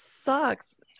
sucks